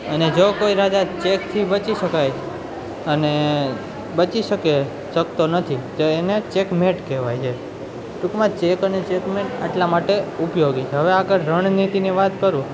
અને જો કોઈ રાજા ચેકથી બચી શકાય અને બચી શકે શકતો નથી તો એને ચેકમેટ કહેવાય છે ટુંકમાં ચેક અને ચેકમેટ આટલા માટે ઉપયોગી હવે આગળ રણનીતિની વાત કરું